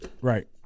Right